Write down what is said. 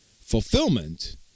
Fulfillment